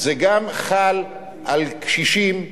זה גם חל על קשישים.